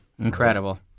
Incredible